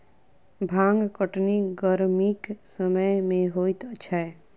भांग कटनी गरमीक समय मे होइत छै